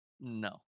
No